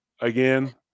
again